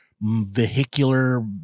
vehicular